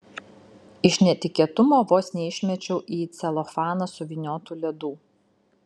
iš netikėtumo vos neišmečiau į celofaną suvyniotų ledų